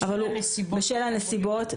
בשל הנסיבות הפוליטיות.